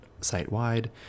site-wide